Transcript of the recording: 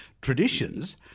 traditions